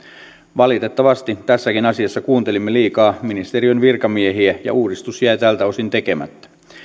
valitettavasti tässäkin asiassa kuuntelimme liikaa ministeriön virkamiehiä ja uudistus jäi tältä osin tekemättä